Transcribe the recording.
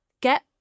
Get